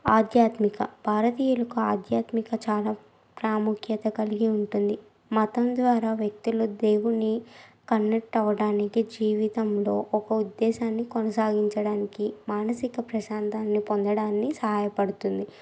ఆధ్యాత్మిక భారతీయులకు ఆధ్యాత్మిక చాలా ప్రాముఖ్యత కలిగి ఉంటుంది మతం ద్వారా వ్యక్తులు దేవుని కన్నెట్ అవ్వడానికి జీవితంలో ఒక ఉద్దేశాన్ని కొనసాగించడానికి మానసిక ప్రశాంతతని పొందడానికి సహాయపడుతుంది